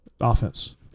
offense